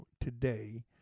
today